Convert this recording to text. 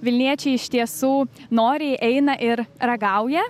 vilniečiai iš tiesų noriai eina ir ragauja